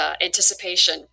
anticipation